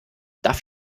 darf